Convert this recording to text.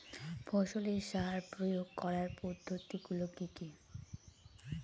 ফসলের সার প্রয়োগ করার পদ্ধতি গুলো কি কি?